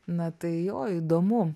na tai jo įdomu